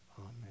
Amen